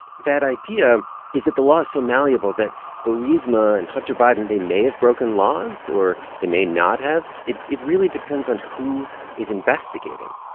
that idea is that the law so malleable that burisma and hunter biden, they may have broken laws or they may not have. it it really depends on who is investigating.